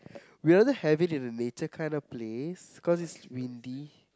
we'll rather have it in a nature kind of place cause it's windy